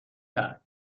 کرد